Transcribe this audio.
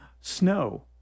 Snow